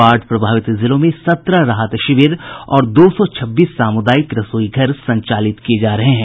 बाढ़ प्रभावित जिलों में सत्रह राहत शिविर और दो सौ छब्बीस सामुदायिक रसोई घर संचालित किये जा रहे हैं